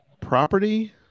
property